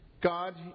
God